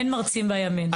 אין מרצים בימין.